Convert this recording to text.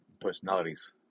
personalities